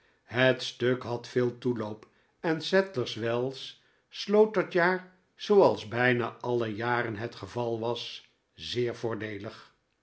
het stuk had veel toeloop en sadlers wells sloot dat jaar zooals bijna alle jaren het geval was zeer voordeelig